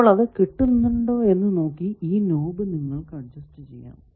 അപ്പോൾ അത് കിട്ടുന്നുണ്ടോ എന്ന് നോക്കി ഈ നോബ് നിങ്ങൾക്കു അഡ്ജസ്റ്റ് ചെയ്യാം